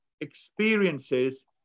experiences